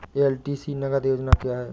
LTC नगद योजना क्या है?